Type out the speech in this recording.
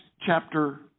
chapter